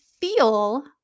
feel